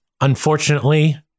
Unfortunately